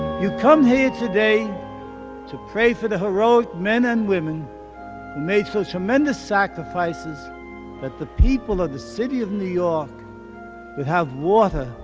you come here today to pray for the heroic men and women who made such tremendous sacrifices that the people of the city of new york could have water,